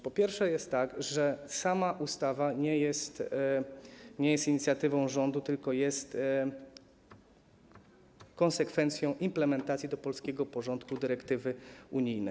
Po pierwsze jest tak, że sama ustawa nie jest inicjatywą rządu, tylko jest konsekwencją implementacji do polskiego porządku dyrektywy unijnej.